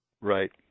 Right